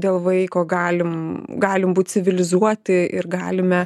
dėl vaiko galim galim būt civilizuoti ir galime